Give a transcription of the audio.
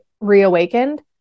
reawakened